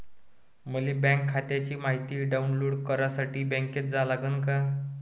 मले बँक खात्याची मायती डाऊनलोड करासाठी बँकेत जा लागन का?